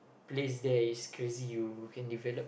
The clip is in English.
place there is crazy you can develop